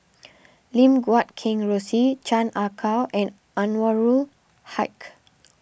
Lim Guat Kheng Rosie Chan Ah Kow and Anwarul Haque